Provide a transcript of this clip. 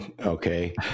Okay